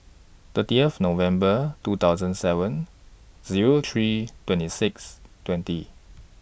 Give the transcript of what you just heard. thirtieth November two thousand seven Zero three twenty six twenty